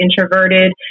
introverted